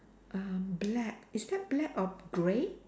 uh black is that black or grey